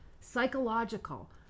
psychological